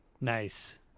nice